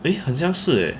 eh 很像是 leh